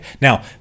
now